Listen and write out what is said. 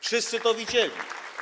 Wszyscy to widzieli.